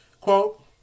Quote